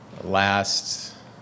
last